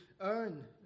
earn